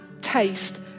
taste